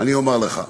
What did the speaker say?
אני אומר לך.